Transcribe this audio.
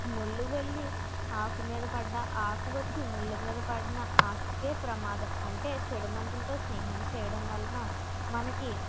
ముళ్ళు వెళ్ళి ఆకు మీద పడ్డ ఆకు వచ్చి ముళ్ళు మీద పడిన ఆకుకు ప్రమాదం అంటే చెడు మనసులతో స్నేహం చేయడం వలన మనకి